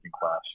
class